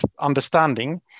understanding